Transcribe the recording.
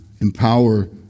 empower